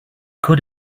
could